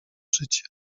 życie